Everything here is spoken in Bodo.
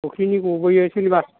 फख्रिनि गबोयो सिलबार